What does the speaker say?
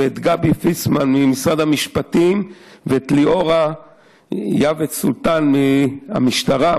גבי פיסמן ממשרד המשפטים וליאורה סולטן-יעבץ מהמשטרה.